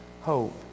Hope